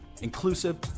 inclusive